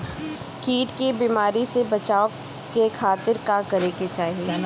कीट के बीमारी से बचाव के खातिर का करे के चाही?